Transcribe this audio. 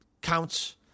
counts